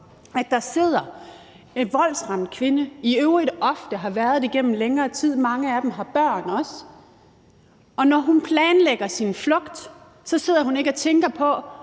at der sidder en voldsramt kvinde – som i øvrigt ofte har været voldsramt gennem længere tid, og mange af dem har også børn – og når hun planlægger sin flugt, sidder hun ikke tænker på,